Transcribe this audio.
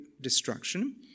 destruction